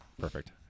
perfect